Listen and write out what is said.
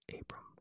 Abram